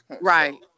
right